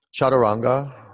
chaturanga